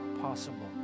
possible